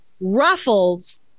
ruffles